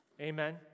Amen